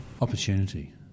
Opportunity